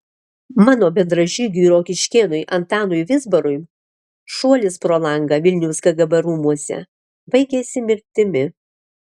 mano bendražygiui rokiškėnui antanui vizbarui šuolis pro langą vilniaus kgb rūmuose baigėsi mirtimi